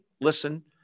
listen